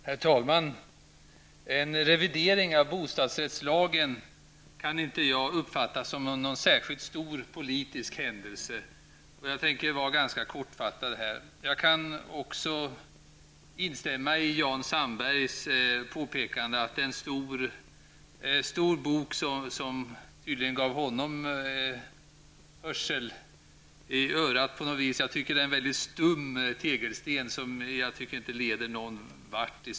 Herr talman! En revidering av bostadsrättslagen kan jag inte uppfatta som någon särskilt stor politisk händelse. Jag tänker vara ganska kortfattad här. Jag kan instämma i Jan Sandbergs påpekande att betänkandet är en stor bok, men jag tycker att det är en mycket stum tegelsten, som jag i stort sett inte tycker leder någon vart.